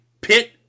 pit